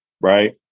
right